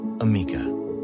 Amica